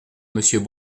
monsieur